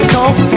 Talk